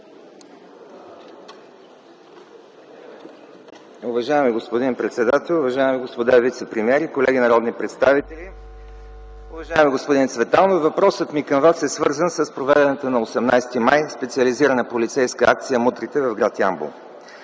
Уважаеми господин председател, уважаеми господа вицепремиери, колеги народни представители! Уважаеми господин Цветанов, въпросът ми към Вас е свързан с проведената на 18 май т.г. специализирана полицейска акция „Мутрите” в гр. Ямбол.